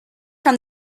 from